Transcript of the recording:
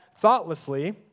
thoughtlessly